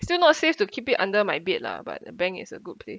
still not safe to keep it under my bed lah but the bank is a good place